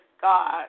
God